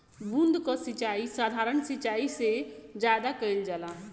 बूंद क सिचाई साधारण सिचाई से ज्यादा कईल जाला